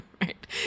right